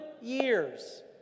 years